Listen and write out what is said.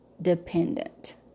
dependent